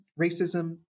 racism